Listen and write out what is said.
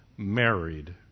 Married